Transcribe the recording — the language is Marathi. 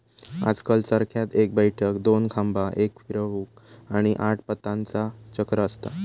आजकल चरख्यात एक बैठक, दोन खांबा, एक फिरवूक, आणि आठ पातांचा चक्र असता